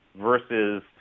versus